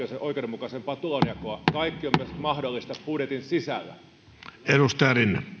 oikeudenmukaisempaa tulonjakoa kaikki on mahdollista myöskin budjetin sisällä